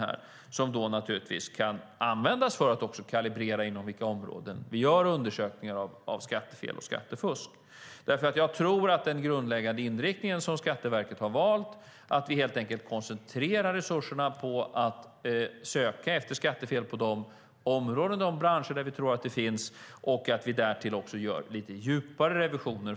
Den kan då användas för att kalibrera inom vilka områden vi gör undersökningar av skattefel och skattefusk. Jag tror att den grundläggande inriktning som Skatteverket har valt är rätt viktig: att vi helt enkelt koncentrerar resurserna på att söka efter skattefel på de områden och de branscher där vi tror att det finns och att vi därtill gör lite djupare revisioner.